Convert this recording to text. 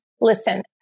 Listen